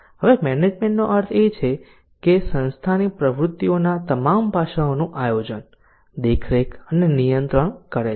હવે મેનેજમેન્ટનો અર્થ એ છે કે સંસ્થાની પ્રવૃત્તિઓના તમામ પાસાઓનું આયોજન દેખરેખ અને નિયંત્રણ કરે છે